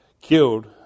killed